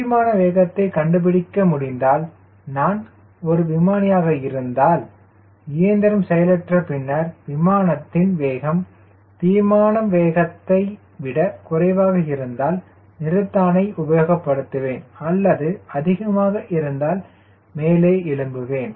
தீர்மான வேகத்தை கண்டுபிடிக்க முடிந்தால் நான் ஒரு விமானி இருந்தால் இயந்திரம் செயலற்ற பின்னர் விமானத்தின் வேகம் தீர்மான வேகத்தின் விட குறைவாக இருந்தால் நிறுத்தானை உபயோகப்படுத்துவேன் அல்லது அதிகமாக இருந்தால் மேலே எழும்புவேன்